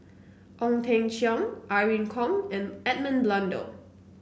Ong Teng Cheong Irene Khong and Edmund Blundell